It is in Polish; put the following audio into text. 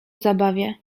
zabawie